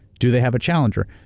do they have a challenger?